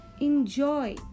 Enjoy